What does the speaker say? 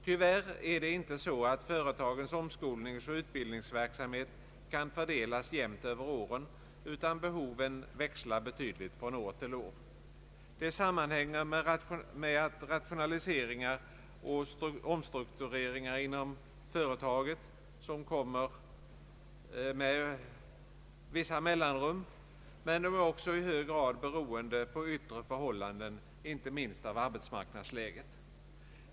Tyvärr är det inte så att företagens omskolningsoch utbildningsverksamhet kan fördelas jämnt över åren, utan behovet växlar betydligt från år till år. Det sammanhänger med rationaliseringar och omstruktureringar inom företagen, som kommer med vissa mellanrum, men är också i hög grad beroende på yttre förhållanden, inte minst arbetsmarknadsläget.